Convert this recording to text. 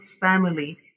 family